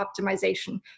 optimization